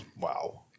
Wow